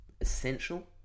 essential